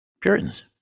Puritans